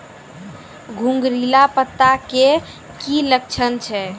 घुंगरीला पत्ता के की लक्छण छै?